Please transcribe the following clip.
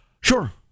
Sure